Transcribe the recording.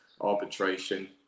arbitration